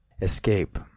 Escape